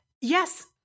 Yes